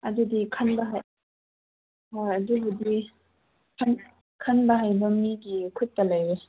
ꯑꯗꯨꯗꯤ ꯈꯟꯕ ꯍꯣꯏ ꯑꯗꯨꯕꯨꯗꯤ ꯈꯟꯕ ꯍꯩꯕ ꯃꯤꯒꯤ ꯈꯨꯠꯇ ꯂꯩꯔꯦ